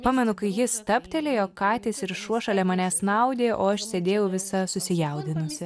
pamenu kai jis stabtelėjo katės ir šuo šalia manęs snaudė o aš sėdėjau visa susijaudinusi